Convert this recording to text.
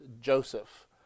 Joseph